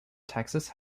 texas